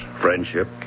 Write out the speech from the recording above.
friendship